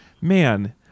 man